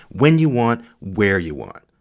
when you want, where you want.